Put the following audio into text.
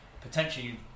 potentially